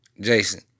Jason